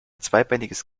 zweibeiniges